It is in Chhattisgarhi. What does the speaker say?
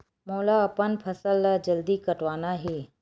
मोला अपन फसल ला जल्दी कटवाना हे?